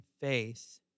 faith